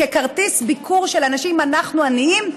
ככרטיס ביקור של אנשים: אנחנו עניים.